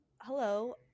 hello